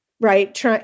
right